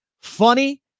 Funny